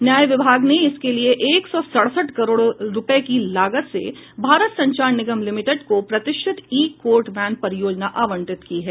न्याय विभाग ने इसके लिए एक सौ सड़सठ करोड़ रुपये की लागत से भारत संचार निगम लिमिटेड को प्रतिष्ठित ई कोर्ट वैन परियोजना आवंटित की है